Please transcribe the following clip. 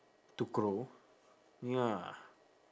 to grow ya